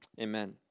Amen